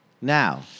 Now